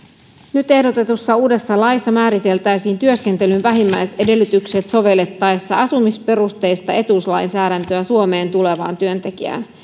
nyt ehdotetussa uudessa laissa määriteltäisiin työskentelyn vähimmäisedellytykset sovellettaessa asumisperusteista etuuslainsäädäntöä suomeen tulevaan työntekijään